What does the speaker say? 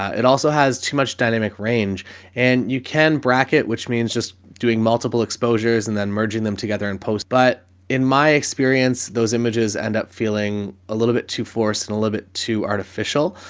it also has too much dynamic range and you can bracket which means just doing multiple exposures and then merging them together in post. but in my experience, those images end up feeling a little bit too forced and a little bit too artificial.